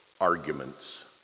Arguments